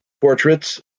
portraits